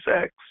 sex